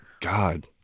God